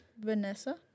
Vanessa